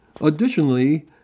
Additionally